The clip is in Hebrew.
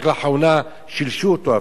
רק לאחרונה שילשו אותו אפילו.